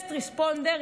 first responder,